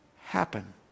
happen